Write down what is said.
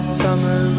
summer